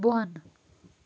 بۄن